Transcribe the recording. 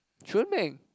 Chun-Ming